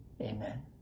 Amen